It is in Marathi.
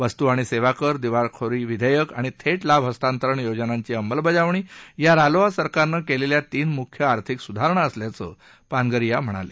वस्तू आणि सेवा कर दिवाळखोरी विधेयक आणि थेट लाभ हस्तांतरण योजनांची अंमलबजावणी या रालोआ सरकारनं केलेल्या तीन मुख्य आर्थिक सुधारणा असल्याचं पानगरिया यांनी सांगितलं